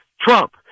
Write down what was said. Trump